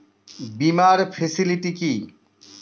বীমার ফেসিলিটি কি?